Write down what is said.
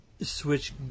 switch